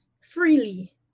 freely